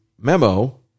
memo